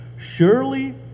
surely